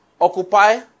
Occupy